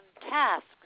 tasks